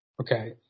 okay